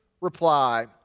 reply